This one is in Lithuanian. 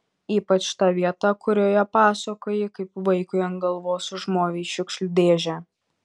ypač ta vieta kurioje pasakoji kaip vaikui ant galvos užmovei šiukšlių dėžę